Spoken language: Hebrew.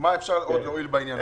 מה עוד אפשר להועיל בעניין הזה.